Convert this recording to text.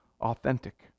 authentic